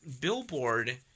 Billboard